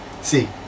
See